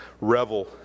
revel